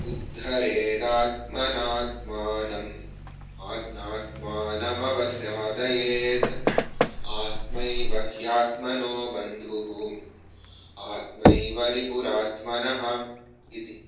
उद्धरेदात्मनात्मानम् आत् नात्मानमवसादयेत् आत्मैव ह्यात्मनो बन्धुः आत्मैवरिपुरात्मनः इति